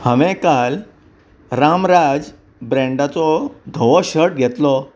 हांवें काल रामराज ब्रॅन्डाचो धवो शर्ट घेतलो